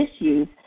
issues